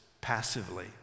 passively